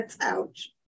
ouch